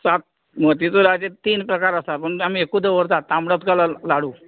सांग मोतीचूराचे तीन प्रकार आसा पूण तें आमी एकू दवरतात तांबडो कलर लाडू